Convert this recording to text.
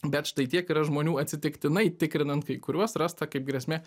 bet štai tiek yra žmonių atsitiktinai tikrinant kai kuriuos rasta kaip grėsmė